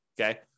Okay